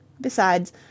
Besides